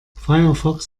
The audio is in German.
firefox